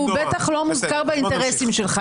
בטח לא באינטרסים שלך.